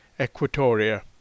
Equatoria